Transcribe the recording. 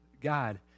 God